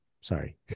Sorry